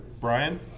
Brian